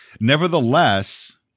Nevertheless